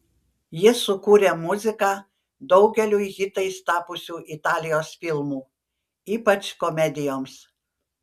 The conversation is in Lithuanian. jis sukūrė muziką daugeliui hitais tapusių italijos filmų ypač komedijoms